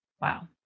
Wow